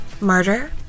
murder